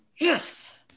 Yes